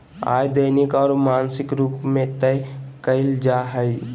आय दैनिक और मासिक रूप में तय कइल जा हइ